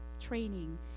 training